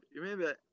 remember